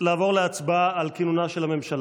לעבור להצבעה על כינונה של הממשלה.